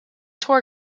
tour